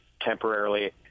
temporarily